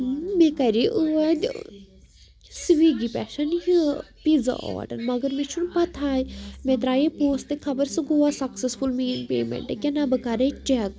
مےٚ کَرے ٲدۍ سِوِگی پٮ۪ٹھ یہِ پیٖزا طپیززاظ آرڈر مگر مےٚ چھنہٕ پَتہٕ ہَے مےٚ ترٛایے پونٛسہٕ تہِ خبر سُہ گوٚوَا سَکسَسفُل میٲنۍ پےمینٛٹ کِنہٕ نہ بہٕ کَرَے چیٚک